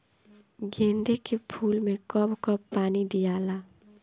गेंदे के फूल मे कब कब पानी दियाला?